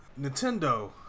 Nintendo